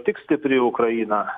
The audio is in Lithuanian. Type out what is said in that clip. tik stipri ukraina